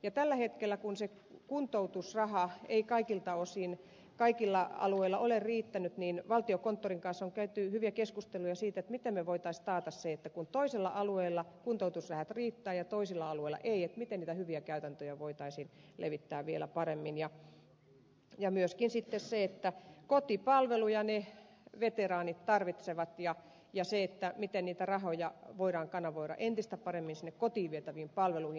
ja tällä hetkellä kun se kuntoutusraha ei kaikilta osin kaikilla alueilla ole riittänyt niin valtiokonttorin kanssa on käyty hyviä keskusteluja siitä miten me voisimme taata sen että kun toisella alueella kuntoutusrahat riittävät ja toisella alueella eivät miten niitä hyviä käytäntöjä voitaisiin levittää vielä paremmin ja myöskin sitten kun kotipalveluja ne veteraanit tarvitsevat miten niitä rahoja voidaan kanavoida entistä paremmin sinne kotiin vietäviin palveluihin